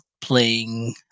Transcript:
playing